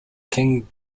king